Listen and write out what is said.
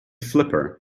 flipper